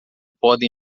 podem